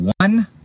one